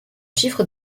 chiffre